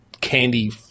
candy